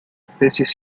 especies